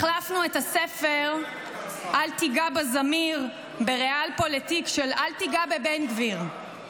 החלפנו את הספר "אל תיגע בזמיר" בריאל פוליטיק של "אל תיגע בבן גביר";